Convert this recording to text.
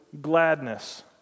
gladness